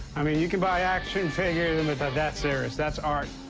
i mean, you can buy action figures, and but but that's serious. that's art.